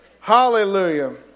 Hallelujah